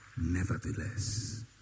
nevertheless